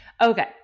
Okay